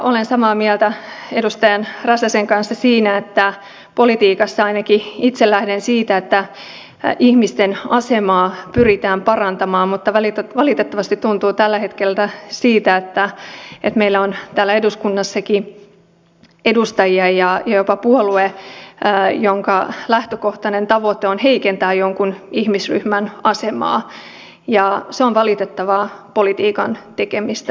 olen samaa mieltä edustaja räsäsen kanssa sikäli että politiikassa ainakin itse lähden siitä että ihmisten asemaa pyritään parantamaan mutta valitettavasti tuntuu tällä hetkellä siltä että meillä on täällä eduskunnassakin edustajia ja jopa puolue jonka lähtökohtainen tavoite on heikentää jonkun ihmisryhmän asemaa ja se on valitettavaa politiikan tekemistä